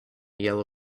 yellow